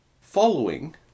Following